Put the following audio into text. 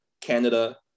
Canada